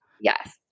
Yes